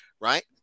right